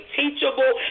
teachable